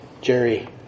Jerry